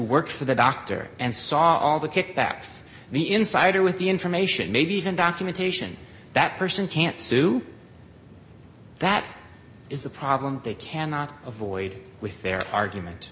worked for the doctor and saw all the kickbacks the insider with the information maybe even documentation that person can't sue that is the problem they cannot avoid with their argument